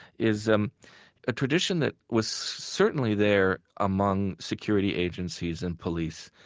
is a a tradition that was certainly there among security agencies and police